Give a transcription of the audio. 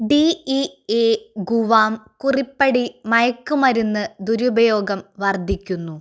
D E A Guam കുറിപ്പടി മയക്കുമരുന്ന് ദുരുപയോഗം വർദ്ധിക്കുന്നു